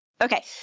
Okay